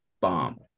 Bomb